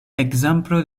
ekzemplo